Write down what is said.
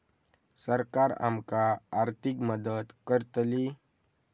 सरकार आमका आर्थिक मदत करतली?